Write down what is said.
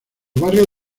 barrios